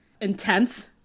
intense